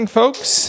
folks